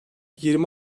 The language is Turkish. yirmi